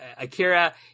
Akira